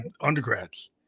undergrads